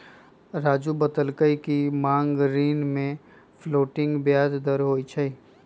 राज़ू बतलकई कि मांग ऋण में फ्लोटिंग ब्याज दर होई छई